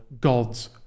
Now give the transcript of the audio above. God's